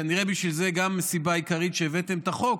וכנראה זו גם סיבה עיקרית לכך שהבאתם את החוק,